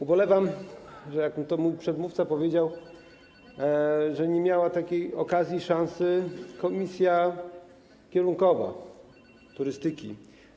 Ubolewam, jak już mój przedmówca powiedział, że nie miała takiej okazji, szansy komisja kierunkowa - komisja turystyki.